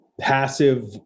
passive